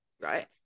right